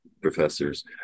professors